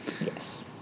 Yes